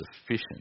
sufficient